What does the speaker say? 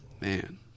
Man